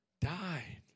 died